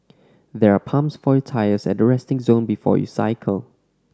there are pumps for your tyres at the resting zone before you cycle